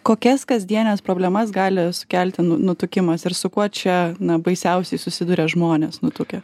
kokias kasdienes problemas gali sukelti nutukimas ir su kuo čia na baisiausiai susiduria žmonės nutukę